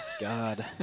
God